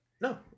No